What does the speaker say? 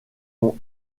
ont